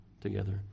together